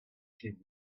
ket